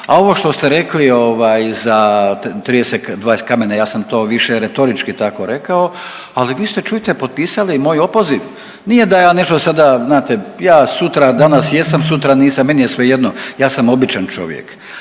A ovo što ste rekli ovaj za 32 kamena, ja sam to više retorički tako rekao, ali vi ste čujte, potpisali moj opoziv. Nije da ja nešto sada, znate, ja sutra, danas jesam, sutra nisam, meni je svejedno. Ja sam običan čovjek,